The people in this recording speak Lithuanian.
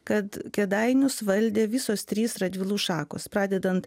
kad kėdainius valdė visos trys radvilų šakos pradedant